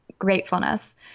Gratefulness